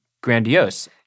grandiose